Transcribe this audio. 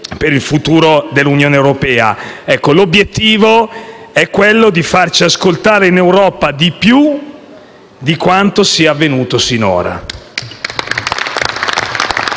per il futuro dell'Unione europea. L'obiettivo è farci ascoltare in Europa di più di quanto sia avvenuto sinora.